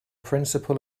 principle